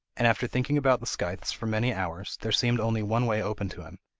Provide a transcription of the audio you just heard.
and after thinking about the scythes for many hours, there seemed only one way open to him.